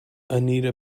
anita